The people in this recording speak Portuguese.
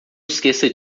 esqueça